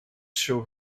show